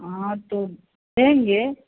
हाँ तो देंगे